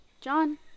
John